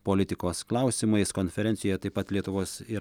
politikos klausimais konferencijoje taip pat lietuvos ir